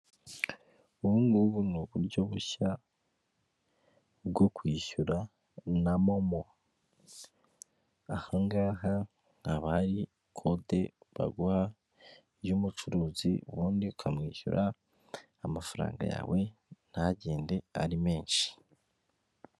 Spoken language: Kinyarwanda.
Ubu ngubu ni uburyo bushya bwo kwishyura na Momo, aha ngaha haba hari kode baguha y'umucuruzi, ubundi ukamwishyura amafaranga yawe ntagende ari menshi.